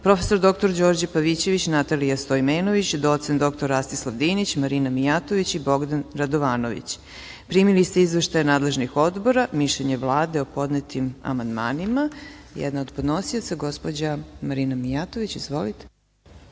prof. dr Đorđe Pavićević, Natalija Stojmenović, docent dr Rastislav Dinić, Marina Mijatović i Bogdan Radovanović. Primili ste izveštaje nadležnih odbora i mišljenje Vlade o podnetim amandmanima. Jedna od podnosilaca, gospođa Marina Mijatović. Izvolite.